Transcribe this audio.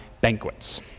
banquets